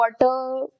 water